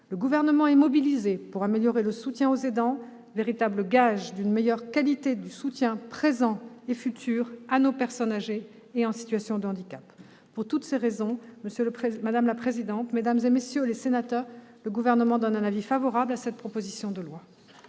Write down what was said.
Le Gouvernement est mobilisé pour améliorer le soutien aux aidants, véritable gage d'une meilleure qualité du soutien présent et futur à nos personnes âgées et en situation de handicap. Pour toutes ces raisons, madame la présidente, mesdames, messieurs les sénateurs, le Gouvernement donne un avis favorable à cette proposition de loi.